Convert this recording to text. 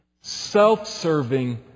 self-serving